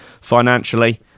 financially